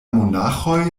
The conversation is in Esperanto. monaĥoj